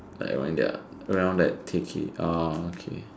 I went around that take it ah okay